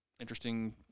Interesting